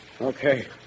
Okay